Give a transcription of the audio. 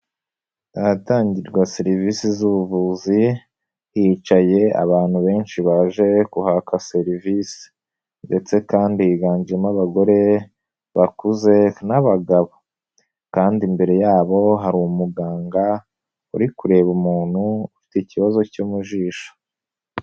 Ahatangirwa serivisi z'ubuvuzi hicaye abantu benshi baje guhaka serivisi ndetse kandi higanjemo abagore bakuze n'abagabo kandi imbere yabo hari umuganga uri kureba umuntu ufite ikibazo cyo mu jisho.